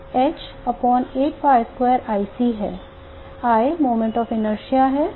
B है I moment of inertia है